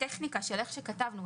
הטכניקה של איך שכתבנו,